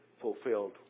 fulfilled